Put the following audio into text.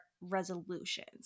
resolutions